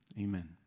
Amen